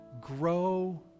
grow